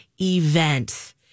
event